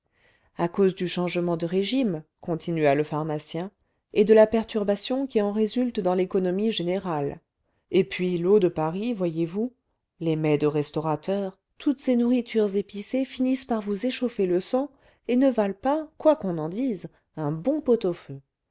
à cause du changement de régime continua le pharmacien et de la perturbation qui en résulte dans l'économie générale et puis l'eau de paris voyez-vous les mets de restaurateurs toutes ces nourritures épicées finissent par vous échauffer le sang et ne valent pas quoi qu'on en dise un bon pot-au-feu